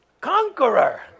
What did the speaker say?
Conqueror